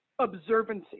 observancy